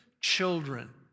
children